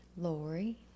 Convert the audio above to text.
Lori